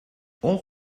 all